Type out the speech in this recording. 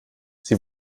sie